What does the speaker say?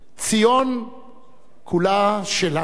"ציון כולה שלנו".